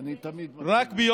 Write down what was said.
אני תמיד מקשיב.